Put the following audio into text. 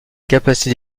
capacité